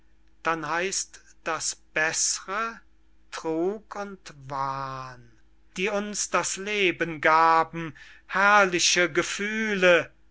dann heißt das beßre trug und wahn die uns das leben gaben herrliche gefühle